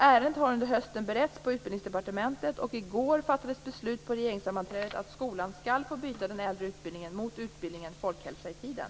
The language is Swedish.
Ärendet har under hösten beretts på Utbildningsdepartementet, och i går fattades beslut på regeringssammanträdet om att skolan skall få byta den äldre utbildningen mot utbildningen Folkhälsa i tiden.